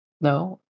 No